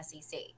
SEC